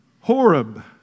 Horeb